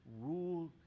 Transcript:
rule